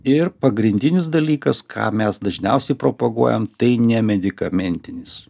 ir pagrindinis dalykas ką mes dažniausiai propaguojam tai nemedikamentinis